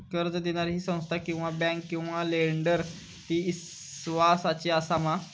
कर्ज दिणारी ही संस्था किवा बँक किवा लेंडर ती इस्वासाची आसा मा?